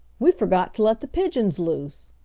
we forgot to let the pigeons loose!